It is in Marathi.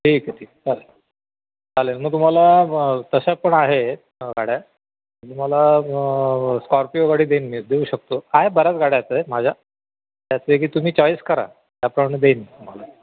ठीक आहे ठीक चालेल चालेल मग तुम्हाला तशा पण आहे गाड्या तुम्हाला स्कॉर्पिओ गाडी देईन मी देऊ शकतो आहे बऱ्याच गाड्याच आहे माझ्या त्याचपैकी तुम्ही चॉईस करा त्याप्रमाणे देईन मी तुम्हाला